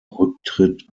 rücktritt